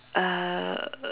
uh